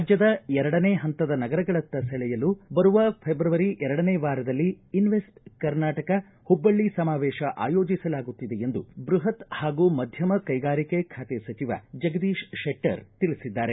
ರಾಜ್ಯದ ಎರಡನೇ ಪಂತದ ನಗರಗಳತ್ತ ಸೆಳೆಯಲು ಬರುವ ಫೆಬ್ರವರಿ ಎರಡನೇ ವಾರದಲ್ಲಿ ಇನ್ವೆಸ್ಟ ಕರ್ನಾಟಕ ಹುಬ್ಬಳ್ಳಿ ಸಮಾವೇಶ ಆಯೋಜಿಸಲಾಗುತ್ತಿದೆ ಎಂದು ಬ್ಬಪತ್ ಹಾಗೂ ಮಧ್ವಮ ಕೈಗಾರಿಕೆ ಖಾತೆ ಸಚಿವ ಜಗದೀಶ ಶೆಟ್ಟರ್ ತಿಳಿಸಿದ್ದಾರೆ